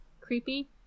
creepy